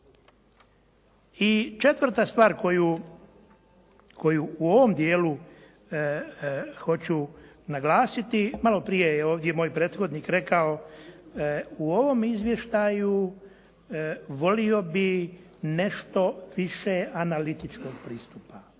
I četvrta stvar koju u ovom dijelu hoću naglasiti, maloprije je ovdje moj prethodnik rekao u ovom izvještaju volio bih nešto više analitičkog pristupa.